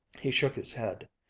he shook his head.